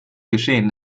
geschehen